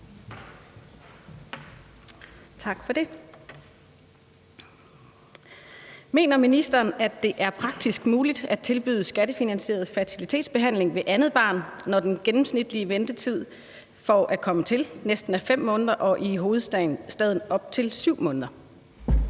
Mener ministeren, at det er praktisk muligt at tilbyde skattefinansieret fertilitetsbehandling ved andet barn, når den gennemsnitlige ventetid for at komme til er næsten 5 måneder, og i hovedstaden helt op til mere